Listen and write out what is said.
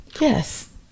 Yes